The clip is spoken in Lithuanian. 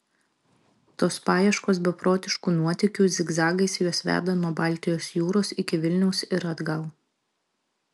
tos paieškos beprotiškų nuotykių zigzagais juos veda nuo baltijos jūros iki vilniaus ir atgal